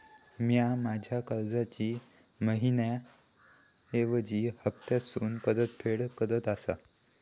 म्या माझ्या कर्जाची मैहिना ऐवजी हप्तासून परतफेड करत आसा